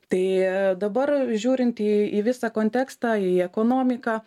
tai dabar žiūrint į į visą kontekstą į ekonomiką